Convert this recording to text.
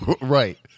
Right